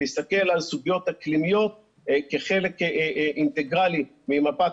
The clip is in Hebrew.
להסתכל על סוגיות אקלימיות כחלק אינטגרלי ממפת